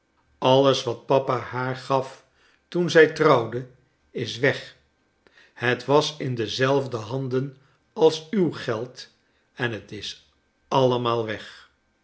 alles wat papa haar gaf toen zij trouwde is weg het was in dezelfde handen als uw geld en het is allemaal weg